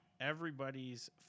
Everybody's